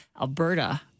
Alberta